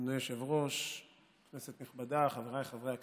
אדוני היושב-ראש, כנסת נכבדה, חבריי חברי הכנסת,